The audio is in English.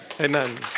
Amen